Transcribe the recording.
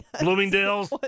bloomingdale's